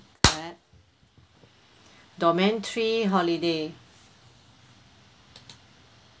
clap domain three holiday